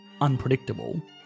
unpredictable